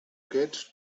get